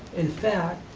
in fact,